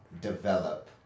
develop